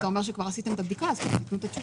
אתה אומר שכבר עשיתם את הבדיקה אז תנו כבר את התשובות.